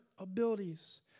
abilities